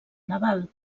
naval